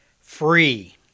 Free